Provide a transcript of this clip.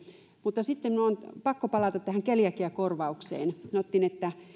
mutta sitten minun on pakko palata tähän keliakiakorvaukseen sanottiin että